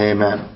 Amen